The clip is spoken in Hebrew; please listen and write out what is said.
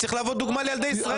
צריך להוות דוגמה לילדי ישראל,